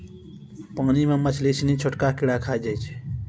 पानी मे मछली सिनी छोटका कीड़ा खाय जाय छै